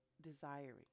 desiring